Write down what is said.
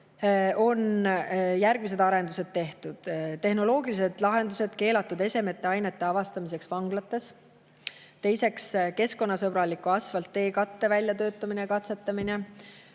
järgmised arendused: [esiteks,] tehnoloogilised lahendused keelatud esemete ja ainete avastamiseks vanglates; teiseks, keskkonnasõbraliku asfaltteekatte väljatöötamine ja katsetamine;